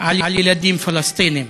על ילדים פלסטינים?